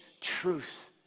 truth